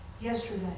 yesterday